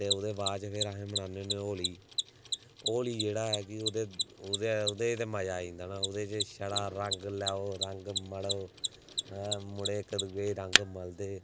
ते ओह्दे बाद च फिर अहें मनान्ने होन्ने होली होली जेह्ड़ा ऐ कि ओह्दे ओह्दे ओह्दे च ते मजा आई जंदा ना ओह्दे च छड़ा रंग लैओ रंग मलो हैं मुड़े इक्क दुऐ गी रंग मलदे